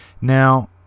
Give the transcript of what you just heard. Now